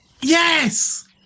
Yes